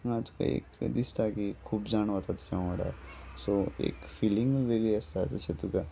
ना तुका एक दिसता की खूब जाण वता तुज्या वांगडा सो एक फिलींग वेगळी आसता तशें तुका